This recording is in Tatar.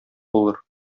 булыр